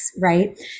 right